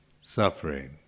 suffering